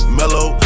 mellow